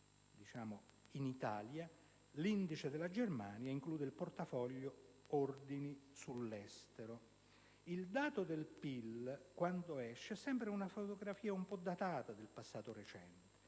in Italia - l'indice della Germania include il portafoglio ordini sull'estero. Il dato del PIL, quando esce, sembra una fotografia un po' datata del passato recente.